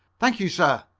thank you, sir,